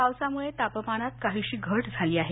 पावसामुळे तापमानात काहीशी घट झाली आहे